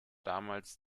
damals